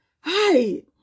Hi